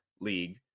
league